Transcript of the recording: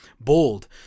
Bold